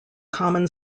common